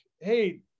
hey